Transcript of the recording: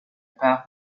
part